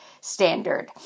standard